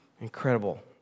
Incredible